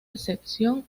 excepción